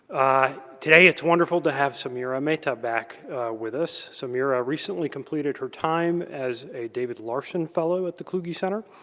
today, it's wonderful to have samira mehta back with us. samira recently completed her time as a david larson fellow at the kluge center.